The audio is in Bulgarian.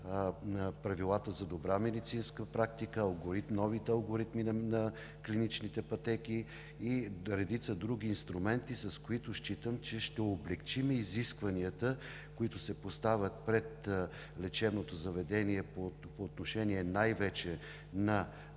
правилата за добра медицинска практика, новите алгоритми на клиничните пътеки и редица други инструменти, с които считам, че ще облекчим изискванията, които се поставят пред лечебното заведение по отношение най-вече на